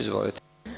Izvolite.